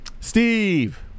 Steve